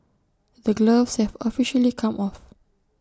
the gloves have officially come off